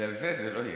בגלל זה זה לא יהיה.